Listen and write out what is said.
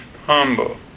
Humble